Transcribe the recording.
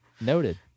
Noted